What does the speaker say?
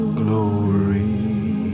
glory